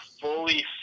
fully